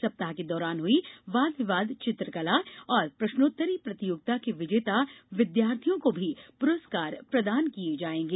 सप्ताह के दौरान हुई वाद विवाद चित्रकला और प्रश्नोत्तरी प्रतियोगिता के विजेता विद्यार्थियों को भी पुरुस्कार प्रदान किए जाएंगे